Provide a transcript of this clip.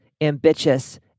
ambitious